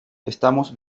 estamos